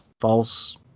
false